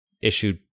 Issued